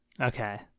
Okay